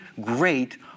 great